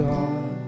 God